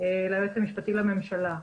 ליועץ המשפטי לממשלה.